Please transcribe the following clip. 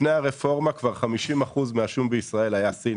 לפני הרפורמה 50% מהשום בישראל היה כבר סיני,